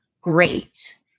great